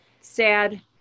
sad